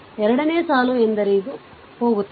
ಆದ್ದರಿಂದ ಎರಡನೇ ಸಾಲು ಎಂದರೆ ಇದು ಹೋಗುತ್ತದೆ